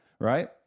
right